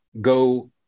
go